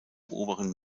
oberen